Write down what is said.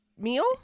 meal